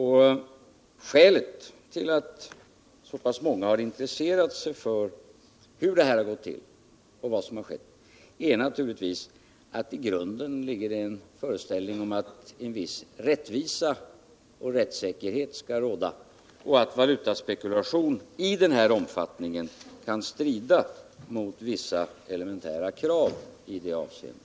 Skälet till att så pass många har intresserat sig för hur detta har gått till och vad som har skett är naturligtvis föreställningen att en viss rättvisa och rättssäkerhet skall råda och att valutaspekulation i den här omfattningen kan strida mot vissa elementära krav i det avseendet.